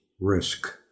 risk